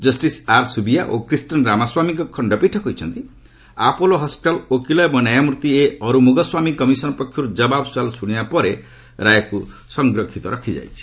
justice R Subbiah ଓ କ୍ରିଷ୍ଣନ ରାମାସ୍ୱାମୀଙ୍କ ଖଣ୍ଡପୀଠ କହିଛନ୍ତି ଆପୋଲୋ ହସ୍ୱିଟାଲ୍ ଓକିଲ ଏବଂ ନ୍ୟାୟ ମୂର୍ତ୍ତି ଏ ଅରୁମୁଗସ୍ୱାମୀ କମିଶନ ପକ୍ଷରୁ ଜବାବ ସୁଆଲ୍ ଶୁଶିବା ପରେ ରାୟକୁ ସଂରକ୍ଷିତ ରଖାଯାଇଛି